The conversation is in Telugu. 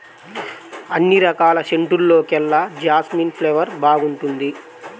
అన్ని రకాల సెంటుల్లోకెల్లా జాస్మిన్ ఫ్లేవర్ బాగుంటుంది